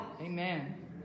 Amen